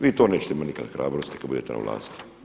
Vi to nećete imati nikada hrabrosti kad budete na vlasti.